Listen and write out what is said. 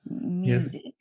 music